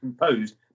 composed